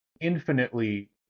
infinitely